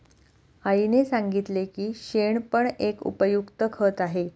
आईने सांगितले की शेण पण एक उपयुक्त खत आहे